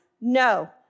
No